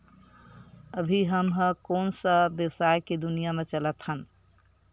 अभी हम ह कोन सा व्यवसाय के दुनिया म चलत हन?